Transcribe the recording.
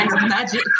magic